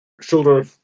shoulder